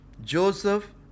Joseph